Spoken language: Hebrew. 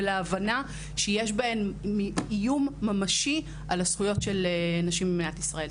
ולהבנה שיש בהן איום ממשי על הזכויות של נשים במדינת ישראל.